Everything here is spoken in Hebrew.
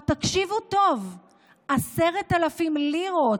או, תקשיבו טוב, 10,000 לירות,